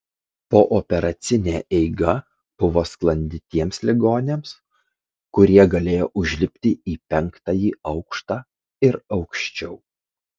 pooperacinė eiga buvo sklandi tiems ligoniams kurie galėjo užlipti į penktąjį aukštą ir aukščiau